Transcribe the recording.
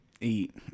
eat